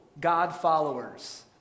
God-followers